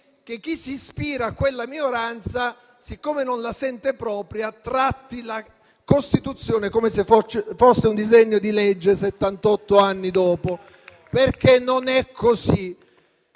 che chi si ispira quella minoranza, siccome non la sente propria, tratti la Costituzione come se fosse un disegno di legge settantotto anni dopo